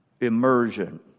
immersion